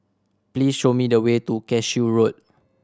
please show me the way to Cashew Road